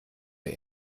der